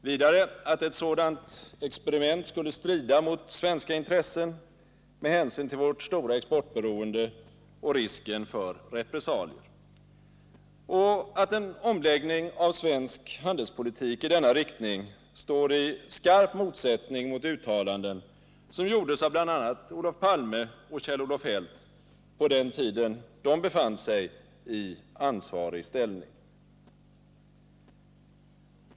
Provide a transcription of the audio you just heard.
Vidare har det sagts att ett sådant experiment skulle strida mot svenska intressen med hänsyn till vårt stora exportberoende och risken för repressalier samt att en omläggning av svensk handelspolitik i denna riktning står i skarp motsättning mot uttalanden som gjordes av bl.a. Olof Palme och Kjell-Olof Feldt på den tiden de befann sig i ansvarig ställning.